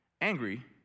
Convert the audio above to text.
angry